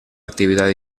actividad